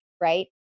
right